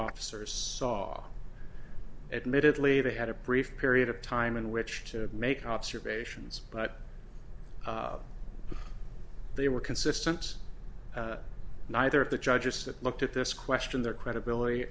officers saw admittedly they had a brief period of time in which to make observations but they were consistent neither of the judges that looked at this question their credibility